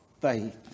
faith